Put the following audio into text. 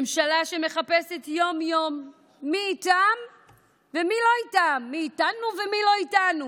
ממשלה שמחפשת יום-יום מי איתנו ומי לא איתנו,